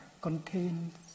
contains